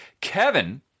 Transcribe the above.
Kevin